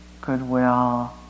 goodwill